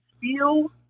feel